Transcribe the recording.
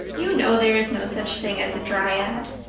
you know there is no such thing as a dryad,